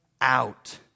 out